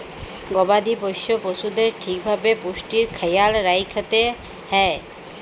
গবাদি পশ্য পশুদের ঠিক ভাবে পুষ্টির খ্যায়াল রাইখতে হ্যয়